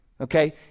okay